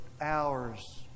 hours